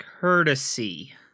Courtesy